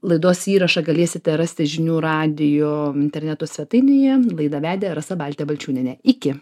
laidos įrašą galėsite rasti žinių radijo interneto svetainėje laidą vedė rasa baltė balčiūnienė iki